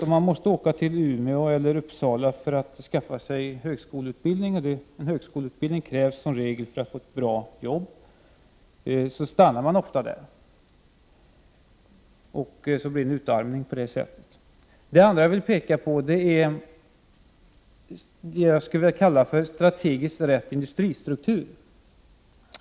Om man måste åka till Umeå eller Uppsala för att skaffa sig högskoleutbildning — och högskoleutbildning krävs i regel för att man skall få ett bra jobb — så stannar man kvar där. På det sättet blir det en utarmning av vårt län. Det andra som jag vill peka på är vad jag skulle vilja kalla strategiskt rätt industristruktur.